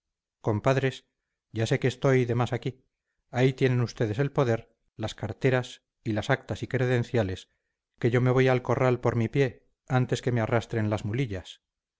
compadres ya sé que estoy de más aquí ahí tienen ustedes el poder las carteras y las actas y credenciales que yo me voy al corral por mi pie antes que me arrastren las mulillas